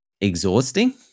exhausting